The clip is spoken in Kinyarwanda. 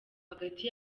hagati